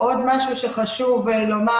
עוד משהו שחשוב לומר